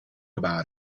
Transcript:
about